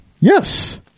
Yes